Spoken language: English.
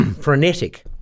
frenetic